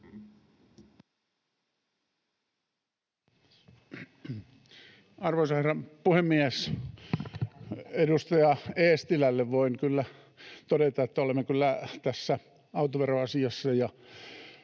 Arvoisa herra puhemies! Edustaja Eestilälle voin kyllä todeta, että olemme kyllä tässä autoveroasiassa